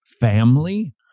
family